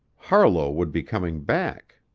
harlowe would be coming back